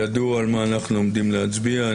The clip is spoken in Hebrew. ידוע על מה אנחנו עומדים להצביע.